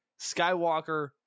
Skywalker